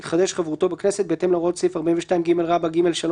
קטן (א); נתחדשה חברותו בכנסת לפי סעיף 42ג(ג),